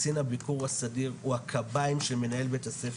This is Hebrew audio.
קצין הביקור הסדיר הוא הקביים של מנהל בית-הספר.